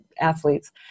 athletes